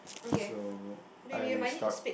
so I start